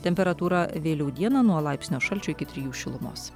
temperatūra vėliau dieną nuo laipsnio šalčio iki trijų šilumos